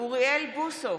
אוריאל בוסו,